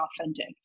authentic